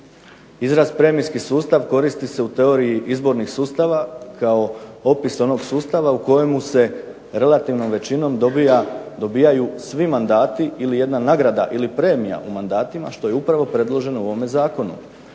Izraz premijski sustav koristi se u teoriji izbornih sustava kao opis onog sustava u kojemu se relativnom većinom dobivaju svi mandati ili jedna nagrada ili premija u mandatima što je upravo predloženo u ovome zakonu.